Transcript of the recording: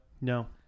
No